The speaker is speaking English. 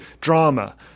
drama